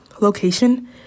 location